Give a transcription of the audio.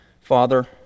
Father